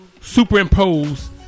Superimpose